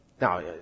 Now